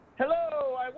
Hello